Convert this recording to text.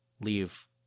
leave